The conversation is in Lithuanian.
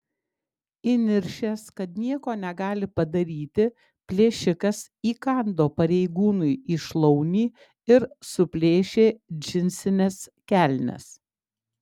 įniršęs kad nieko negali padaryti plėšikas įkando pareigūnui į šlaunį ir suplėšė džinsines kelnes